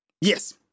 yes